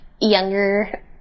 younger